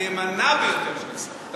הנאמנה ביותר של ישראל,